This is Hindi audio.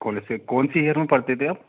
कॉलेज से कौन सी इयर में पढ़ते थे आप